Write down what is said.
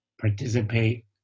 participate